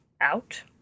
out